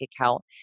account